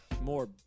more